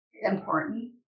important